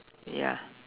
ya